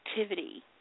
activity